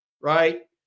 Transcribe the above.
right